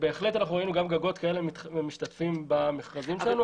בהחלט ראינו גם גגות כאלה משתתפים במכרזים שלנו.